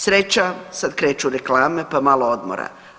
Sreća, sad kreću reklame pa malo odmora.